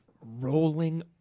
rolling